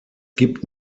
gibt